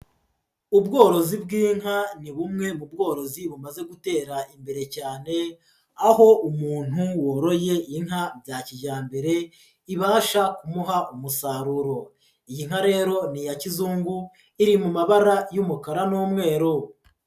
Ubworozi bw'inka ni bumwe mu bworozi bumaze gutera imbere cyane, aho umuntu woroye inka bya kijyambere ibasha kumuha umusaruro. Iyi nka rero ni iya kizungu iri mu mabara y'umukara n'umweru.